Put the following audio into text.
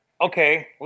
okay